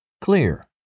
clear